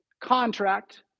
contract